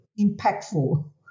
impactful